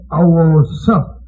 ourself